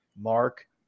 Mark